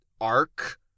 arc